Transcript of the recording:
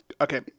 Okay